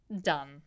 done